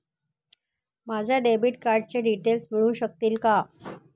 माझ्या डेबिट कार्डचे डिटेल्स मिळू शकतील का?